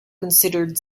considered